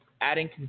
adding